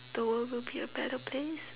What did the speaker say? the world would be a better place